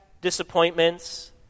disappointments